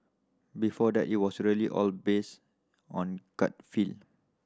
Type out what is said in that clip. before that it was really all based on gut feel